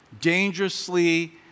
dangerously